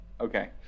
Okay